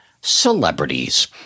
Celebrities